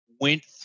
went